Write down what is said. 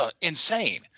insane